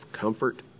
comfort